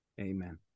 Amen